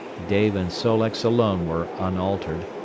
dave and sol-leks alone were unaltered,